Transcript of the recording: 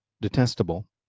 detestable